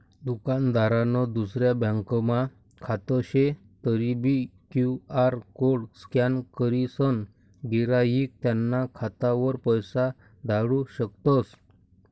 दुकानदारनं दुसरा ब्यांकमा खातं शे तरीबी क्यु.आर कोड स्कॅन करीसन गिराईक त्याना खातावर पैसा धाडू शकतस